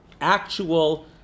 actual